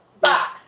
Box